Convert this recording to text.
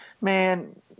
Man